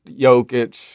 Jokic